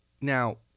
Now